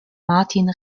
martin